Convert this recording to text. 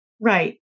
Right